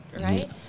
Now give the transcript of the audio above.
right